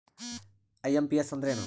IMPS ಅಂದ್ರ ಏನು?